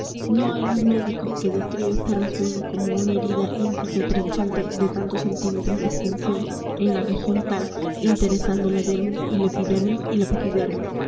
no hay un médico que describa este rasguño como una herida inciso trinchante de tantos centímetros de extensión en la región tal interesando la dermis y la epidermis y la